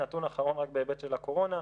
נתון אחרון רק בהיבט של הקורונה.